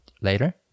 later